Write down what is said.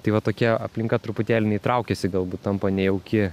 tai va tokia aplinka truputėlį jinai traukiasi galbūt tampa nejauki